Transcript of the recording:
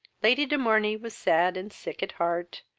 lady de morney was sad and sick at heart,